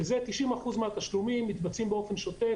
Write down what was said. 90% מהתשלומים מתבצעים באופן שוטף.